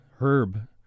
Herb